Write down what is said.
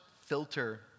filter